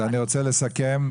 אני רוצה לסכם,